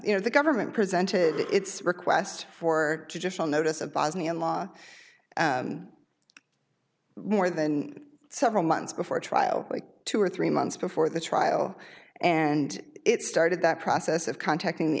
you know the government presented its request for judicial notice of bosnian law more than several months before a trial like two or three months before the trial and it started that process of contacting